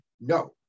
no